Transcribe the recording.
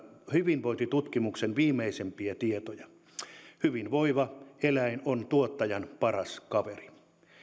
hyvinvointitutkimuksen viimeisimpiä tietoja hyvinvoiva eläin on tuottajan paras kaveri